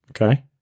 Okay